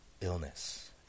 illness